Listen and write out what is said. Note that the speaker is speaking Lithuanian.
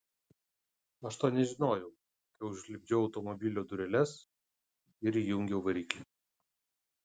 aš to nežinojau kai užlipdžiau automobilio dureles ir įjungiau variklį